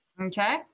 Okay